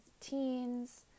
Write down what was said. teens